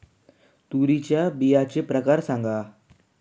तूरीच्या बियाण्याचे प्रकार सांगा